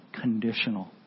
conditional